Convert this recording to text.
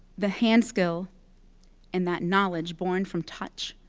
the hand skill and that knowledge, born from touch,